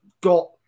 got